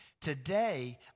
Today